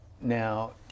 Now